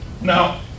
Now